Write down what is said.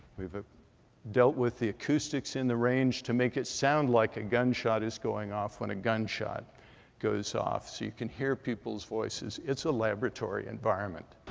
we have dealt with the acoustics in the range to make it sound like a gunshot is going off when a gunshot goes off. so you can hear people's voices. it's a laboratory environment.